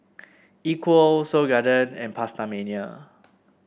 Equal Seoul Garden and PastaMania